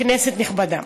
כנסת נכבדה,